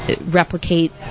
replicate